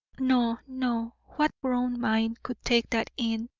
no, no, what grown mind could take that in,